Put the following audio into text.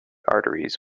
arteries